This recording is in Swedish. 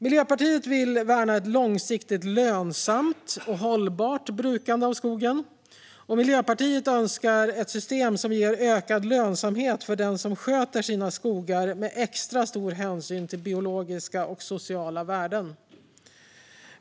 Miljöpartiet vill värna ett långsiktigt lönsamt och hållbart brukande av skogen. Miljöpartiet önskar ett system som ger ökad lönsamhet för den som sköter om sina skogar med extra stor hänsyn till biologiska och sociala värden.